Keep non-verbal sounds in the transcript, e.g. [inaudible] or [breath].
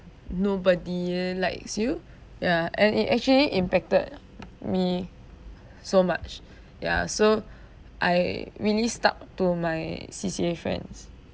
nobody likes you [breath] ya and it actually impacted me [breath] so much [breath] ya so [breath] I really stuck to my C_C_A friends